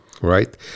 right